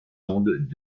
ondes